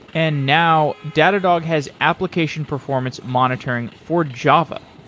and now, datadog has application performance monitoring for java.